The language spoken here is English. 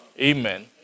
Amen